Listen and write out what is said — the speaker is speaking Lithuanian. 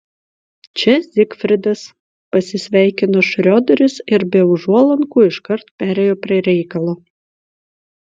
čia zigfridas pasisveikino šrioderis ir be užuolankų iškart perėjo prie reikalo